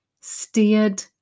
steered